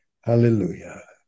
Hallelujah